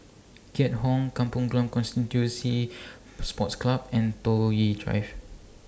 Keat Hong Kampong Glam Constituency Sports Club and Toh Yi Drive